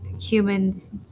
humans